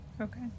okay